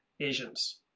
Asians